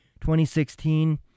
2016